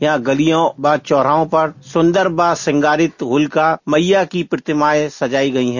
यहां गलियों व चौराहों पर सुंदर व श्रगारित होलिका मैय्या की प्रतिमाएं सजाई गई हैं